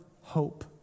hope